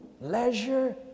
leisure